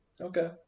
Okay